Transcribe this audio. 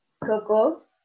Coco